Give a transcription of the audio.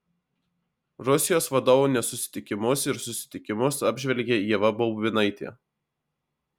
rusijos vadovų nesusitikimus ir susitikimus apžvelgia ieva baubinaitė